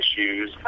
issues